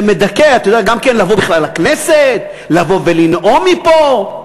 זה מדכא לבוא בכלל לכנסת, לבוא ולנאום פה.